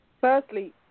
Firstly